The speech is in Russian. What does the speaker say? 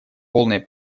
полной